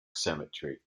cemetery